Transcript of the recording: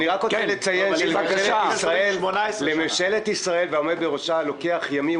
אני רק רוצה לציין שלממשלת ישראל והעומד בראשה לוקח ימים,